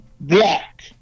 black